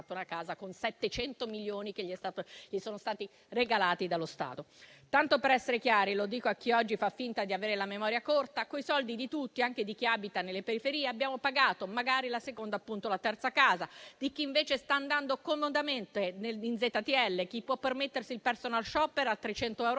la casa con 700 milioni che gli sono stati regalati dallo Stato. Tanto per essere chiari - lo dico a chi oggi fa finta di avere la memoria corta - con i soldi di tutti, anche di chi abita nelle periferie, abbiamo pagato magari la seconda o la terza casa di chi sta andando comodamente in ZTL, chi può permettersi il *personal shopper* a 300 euro al